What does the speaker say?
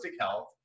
Health